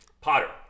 Potter